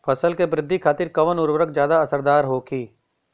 फसल के वृद्धि खातिन कवन उर्वरक ज्यादा असरदार होखि?